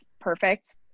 perfect